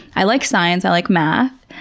i like science, i like math,